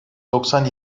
doksan